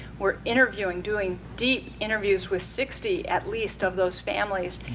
we're interviewing, doing deep interviews with sixty, at least, of those families.